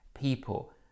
people